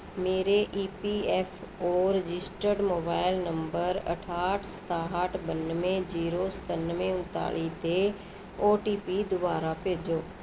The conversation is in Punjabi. ਮੇਰੇ E P F O registered mobile number ਅਠਾਹਠ ਸਤਾਹਠ ਬਾਨਵੇਂ ਜੀਰੋ ਸਤਾਨਵੇਂ ਉਨਤਾਲੀ 'ਤੇ ਓ ਟੀ ਪੀ ਦੁਬਾਰਾ ਭੇਜੋ